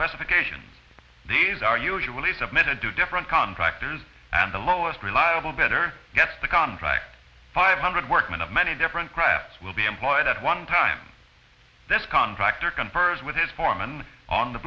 specifications these are usually submitted to different contractors and the lowest reliable bitter gets the contract five hundred workmen of many different crafts will be employed at one time this contractor confers with his foreman on the